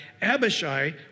Abishai